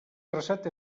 traçat